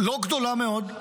לא גדולה מאוד,